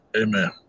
Amen